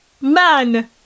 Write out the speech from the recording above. man